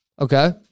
Okay